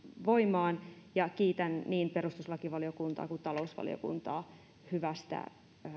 voimaan kiitän niin perustuslakivaliokuntaa kuin talousvaliokuntaa hyvästä